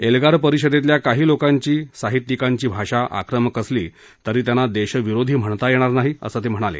एल्गार परिषदेतल्या काही लोकांची साहित्यिकांची भाषा आक्रमक असली तरी त्यांना देशविरोधी म्हणता येणार नाही असं ते म्हणाले